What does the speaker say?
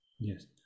Yes